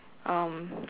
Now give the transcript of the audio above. um